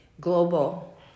global